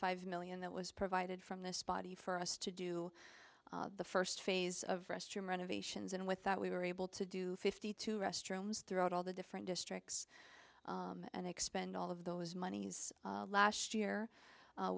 five million that was provided from this body for us to do the first phase of renovations and with that we were able to do fifty two restrooms throughout all the different districts and expend all of those monies last year